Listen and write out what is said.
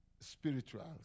spirituals